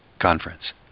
conference